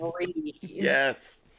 Yes